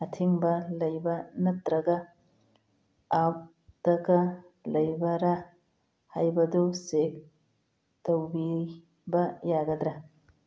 ꯑꯊꯤꯡꯕ ꯂꯩꯕ ꯅꯠꯇ꯭ꯔꯒ ꯑꯥꯛꯇꯒ ꯂꯩꯕ꯭ꯔ ꯍꯥꯏꯕꯗꯨ ꯆꯦꯛ ꯇꯧꯕꯤꯕ ꯌꯥꯒꯗ꯭ꯔ